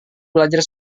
belajar